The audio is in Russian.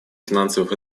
финансовых